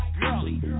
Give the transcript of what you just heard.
girlie